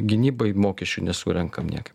gynybai mokesčių nesurenkam niekaip